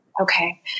okay